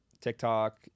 TikTok